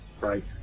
right